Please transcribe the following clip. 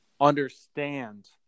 understand